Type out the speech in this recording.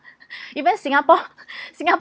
even singapore singapore